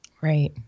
Right